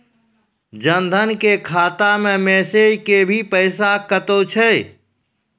जन धन के खाता मैं मैसेज के भी पैसा कतो छ?